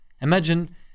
Imagine